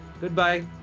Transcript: Goodbye